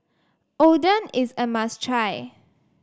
Oden is a must try